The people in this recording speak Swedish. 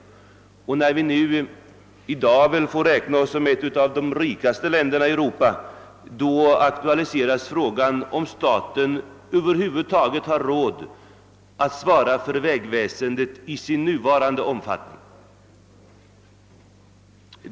I dag, när vi får räkna vårt land som ett av de rikaste i Europa, aktualiseras frågan om staten över huvud taget har råd att svara för vägväsendet i dess nuvarande omfattning.